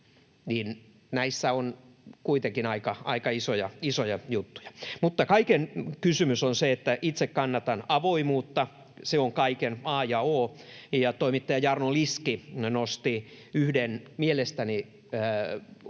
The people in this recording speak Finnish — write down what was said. näissä on kuitenkin aika isoja juttuja. Mutta kysymys on siitä, että itse kannatan avoimuutta. Se on kaiken a ja o. Toimittaja Jarno Liski nosti yhden mielestäni